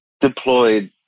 deployed